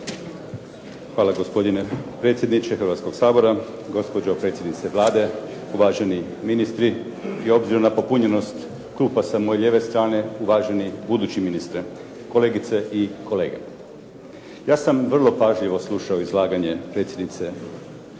hvala. Gospodine predsjedniče Hrvatskog sabora, gospođo predsjednice Vlade, uvaženi ministri, i obzirom na popunjenost klupa sa moje lijeve strane uvaženi budući ministre, kolegice i kolege. Ja sam vrlo pažljivo slušao izlaganje predsjednice Vlade i uspio